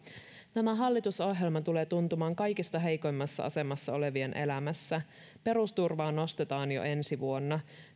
tämä hallitusohjelma tulee tuntumaan kaikista heikoimmassa asemassa olevien elämässä perusturvaa nostetaan jo ensi vuonna